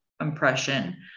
impression